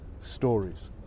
stories